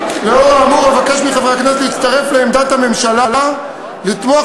אבקש מחברי הכנסת להצטרף לעמדת הממשלה ולתמוך